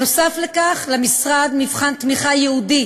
נוסף על כך, למשרד מבחן תמיכה ייעודי